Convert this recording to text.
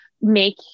make